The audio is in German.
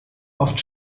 oft